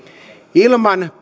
ilman